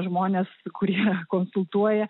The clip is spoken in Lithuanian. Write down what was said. žmonės kurie konsultuoja